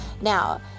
Now